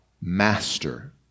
Master